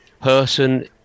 person